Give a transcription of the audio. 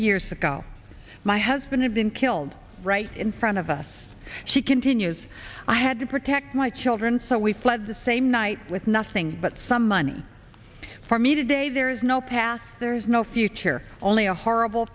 years ago my husband had been killed right in front of us she continues i had to protect my children so we fled the same night with nothing but some money for me to day there is no past there is no future only a horrible